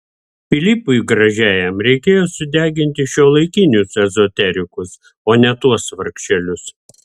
pilypui gražiajam reikėjo sudeginti šiuolaikinius ezoterikus o ne tuos vargšelius